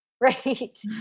Right